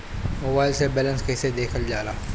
Mobile से balance कइसे देखल जाला?